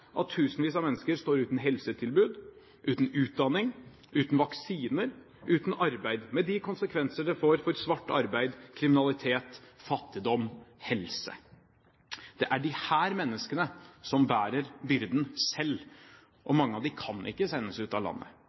at tusenvis av mennesker står uten helsetilbud, uten utdanning, uten vaksiner og uten arbeid – med de konsekvenser det får for svart arbeid, kriminalitet, fattigdom og helse. Det er disse menneskene som bærer byrden selv, og mange av dem kan ikke sendes ut av landet.